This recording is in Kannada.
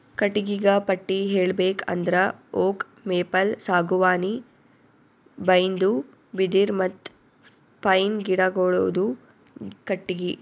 ಕಟ್ಟಿಗಿಗ ಪಟ್ಟಿ ಹೇಳ್ಬೇಕ್ ಅಂದ್ರ ಓಕ್, ಮೇಪಲ್, ಸಾಗುವಾನಿ, ಬೈನ್ದು, ಬಿದಿರ್ ಮತ್ತ್ ಪೈನ್ ಗಿಡಗೋಳುದು ಕಟ್ಟಿಗಿ